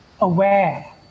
aware